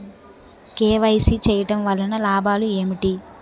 KYC చేయటం వలన లాభాలు ఏమిటి?